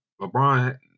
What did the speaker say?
LeBron